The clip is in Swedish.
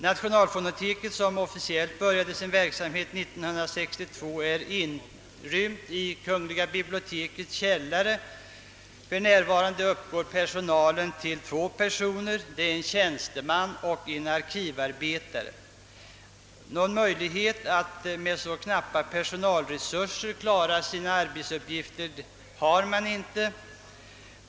Nationalfonoteket, som officiellt började sin verksamhet 1962, är inrymt i kungl. bibliotekets källare, och personalen uppgår för närvarande till två man, en tjänsteman och en arkivarbetare, Någon möjlighet att med så knappa personalresurser klara av arbetsuppgifterna har man givetvis inte.